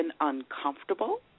uncomfortable